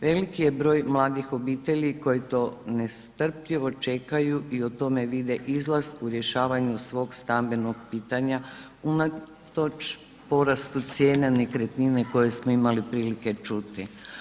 Veliki je broj mladih obitelji koji to nestrpljivo čekaju i u tome vide izlaz u rješavanju svog stambenog pitanja unatoč porastu cijene nekretnine koje smo imali prilike čuti.